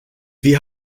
wir